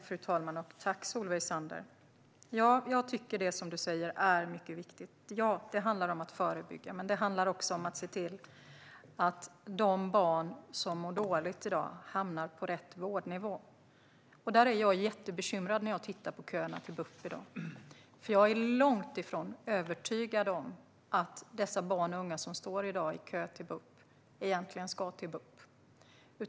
Fru talman! Tack, Solveig Zander! Ja, jag tycker att det som du säger är mycket viktigt. Ja, det handlar om att förebygga. Men det handlar också om att se till att de barn som mår dåligt i dag hamnar på rätt vårdnivå. Jag blir jättebekymrad när jag tittar på köerna till BUP i dag, för jag är långt ifrån övertygad om att de barn och unga som i dag står i kö till BUP verkligen ska till BUP.